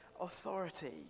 authority